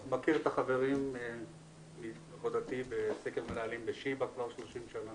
אני מכיר את החברים מעבודתי בסקר מנהלים בשיבא כבר 30 שנה,